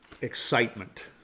excitement